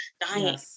dying